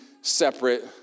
separate